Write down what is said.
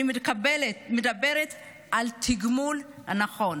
אני מדברת על תגמול נכון.